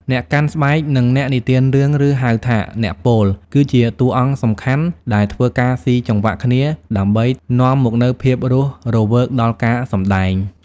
អ្នកកាន់ស្បែក និងអ្នកនិទានរឿង ឬហៅថា អ្នកពោល គឺជាតួអង្គសំខាន់ដែលធ្វើការស៊ីចង្វាក់គ្នាដើម្បីនាំមកនូវភាពរស់រវើកដល់ការសម្តែង។